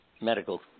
Medical